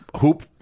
hoop